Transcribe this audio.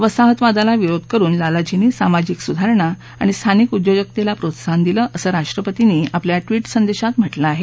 वसाहतवादाला विरोध करुन लालाजींनी सामाजिक सुधारणा आणि स्थानिक उद्योजकतेला प्रोत्साहन दिलं असं राष्ट्रपतींनी आपल्या बी संदेशात म्हालिं आहे